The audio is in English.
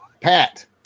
Pat